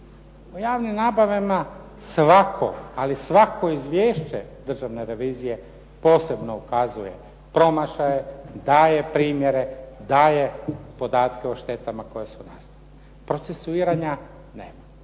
U javnim nabavama svako, ali svako izvješće Državne revizije posebno ukazuje promašaje, daje primjere, daje podatke o štetama koje su nastale. Procesuiranja nema.